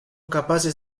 capaces